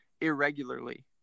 irregularly